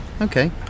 Okay